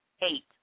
eight